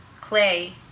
clay